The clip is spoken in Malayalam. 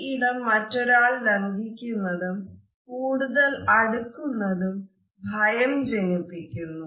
ഈ ഇടം മറ്റൊരാൾ ലംഘിക്കുന്നതും കൂടുതൽ അടുക്കുന്നതും ഭയം ജനിപ്പിക്കുന്നു